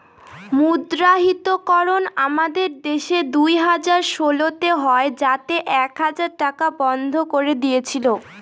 মুদ্রাহিতকরণ আমাদের দেশে দুই হাজার ষোলোতে হয় যাতে এক হাজার টাকা বন্ধ করে দিয়েছিল